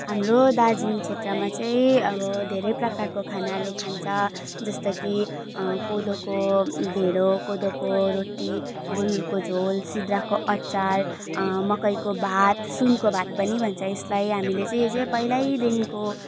हाम्रो दार्जिलिङ क्षेत्रमा चाहिँ अब धेरै प्रकारको खानाहरू खान्छ जस्तो कि कोदोको ढिँडो कोदोको रोटी गुन्द्रुकको झोल सिद्राको अचार मकैको भात सुनको भात पनि भन्छ यसलाई हामीले चाहिँ यो चाहिँ पहिल्यैदेखिको